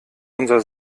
unser